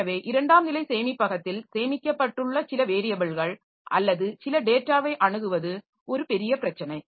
எனவே இரண்டாம் நிலை சேமிப்பகத்தில் சேமிக்கப்பட்டுள்ள சில வேரியபில்கள் அல்லது சில டேட்டாவை அணுகுவது ஒரு பெரிய பிரச்சனை